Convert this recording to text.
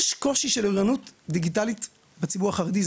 יש קושי של אוריינות דיגיטלית בציבור החרדי,